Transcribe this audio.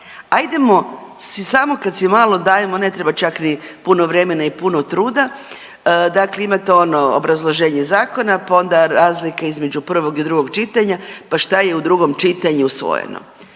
ajdemo si samo kad si malo dajemo ne treba čak ni puno vremena i puno truda, dakle imate ono obrazloženje zakona, pa onda razlika između prvog i drugog čitanja, pa šta je u drugom čitanju usvojeno.